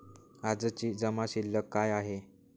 आजची जमा शिल्लक काय आहे?